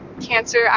cancer